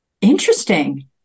Interesting